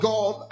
God